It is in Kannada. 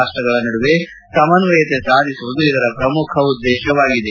ರಾಷ್ಟ್ರಗಳ ನಡುವೆ ಸಮನ್ವಯತೆ ಸಾಧಿಸುವುದು ಇದರ ಪ್ರಮುಖ ಉದ್ದೇಶವಾಗಿದೆ